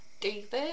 David